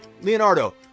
Leonardo